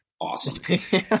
awesome